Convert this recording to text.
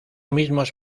mismos